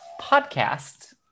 Podcast